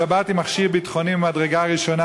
השבת היא מכשיר ביטחוני ממדרגה ראשונה,